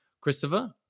Christopher